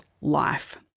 life